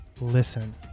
Listen